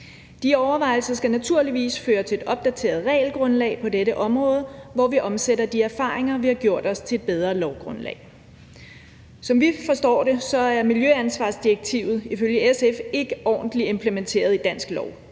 De overvejelser skal naturligvis føre til et opdateret regelgrundlag på dette område, hvor vi omsætter de erfaringer, vi har gjort os, til et bedre lovgrundlag. Som vi forstår det, er miljøansvarsdirektivet ifølge SF ikke ordentligt implementeret i dansk lov.